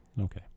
Okay